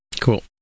Cool